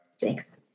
Thanks